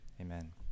amen